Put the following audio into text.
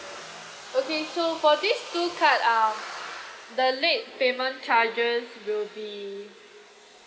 okay so for these two card uh the late payment charges will be